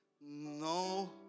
No